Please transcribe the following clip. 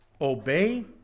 obey